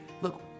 Look